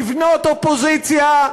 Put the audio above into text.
לבנות אופוזיציה,